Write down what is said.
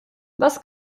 was